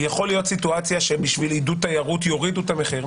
יכול להיות מצב שבשביל עידוד תיירות יורידו את המחיר.